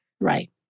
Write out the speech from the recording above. Right